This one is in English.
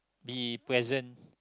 be present